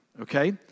okay